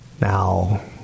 Now